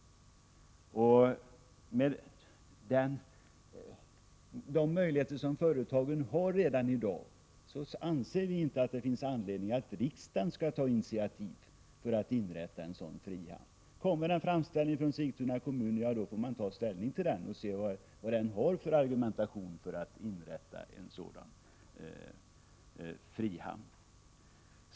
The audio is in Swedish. Med de möjligheter företagen redan i dag har anser vi inte att det finns anledning att riksdagen tar initiativ till att inrätta en frihamn. Kommer det en framställning från Sigtuna kommun får vi ta ställning till den sedan vi tagit del av argumenten för en frihamn.